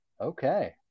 Okay